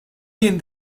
jien